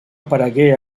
aparegué